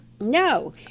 no